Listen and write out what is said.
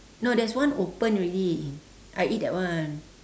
no there's one open already I eat that one